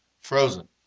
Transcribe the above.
Frozen